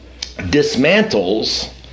dismantles